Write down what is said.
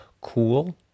cool